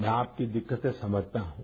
मैं आपकी दिक्कतें समझता हूं